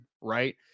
Right